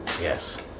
Yes